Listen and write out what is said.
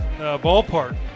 ballpark